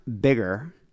Bigger